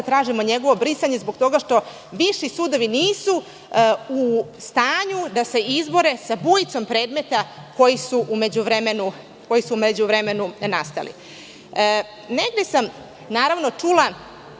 tražimo njegovo brisanje zbog toga što viši sudovi nisu u stanju da se izbore sa bujicom predmeta koji su u međuvremenu nastali. Negde sam čula